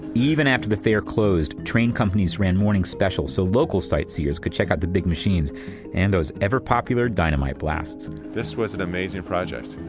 even after the fair closed, train companies ran morning specials so local sightseers could check out the big machines and those ever-popular dynamite blasts this was an amazing project.